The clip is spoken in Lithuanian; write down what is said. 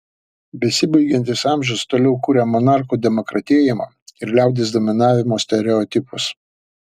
besibaigiantis amžius toliau kuria monarchų demokratėjimo ir liaudies dominavimo stereotipus